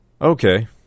Okay